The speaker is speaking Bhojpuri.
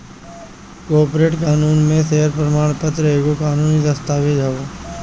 कॉर्पोरेट कानून में शेयर प्रमाण पत्र एगो कानूनी दस्तावेज हअ